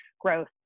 growth